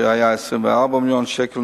24 מיליון שקלים,